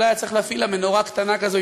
אולי היה צריך להפעיל לה מנורה קטנה כזו,